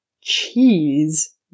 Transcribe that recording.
Cheese